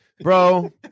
Bro